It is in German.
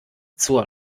zur